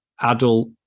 adult